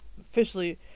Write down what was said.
officially